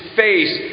face